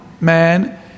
man